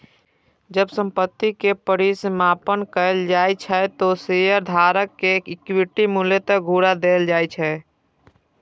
जब संपत्ति के परिसमापन कैल जाइ छै, ते शेयरधारक कें इक्विटी मूल्य घुरा देल जाइ छै